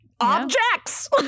objects